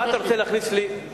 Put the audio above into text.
מה אתה רוצה להכניס לי,